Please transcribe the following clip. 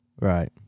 Right